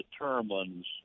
determines